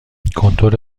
کنتور